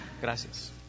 Gracias